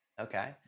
Okay